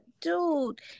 dude